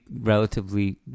relatively